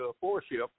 four-ship